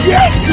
Yes